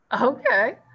Okay